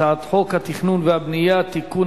הצעת חוק התכנון והבנייה (תיקון,